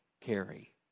carry